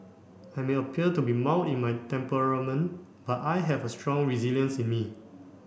I may appear to be mild in my temperament but I have a strong resilience in me